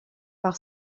par